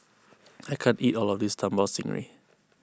I can't eat all of this Sambal Stingray